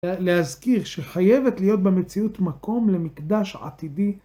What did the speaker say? להזכיר שחייבת להיות במציאות מקום למקדש עתידי.